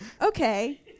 Okay